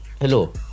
Hello